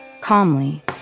calmly